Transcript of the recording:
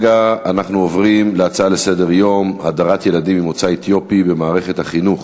נעבור להצעות לסדר-היום בנושא: הדרת ילדים ממוצא אתיופי במערכת החינוך,